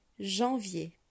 Janvier